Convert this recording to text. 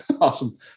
Awesome